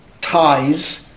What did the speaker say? ties